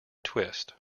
twist